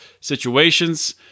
situations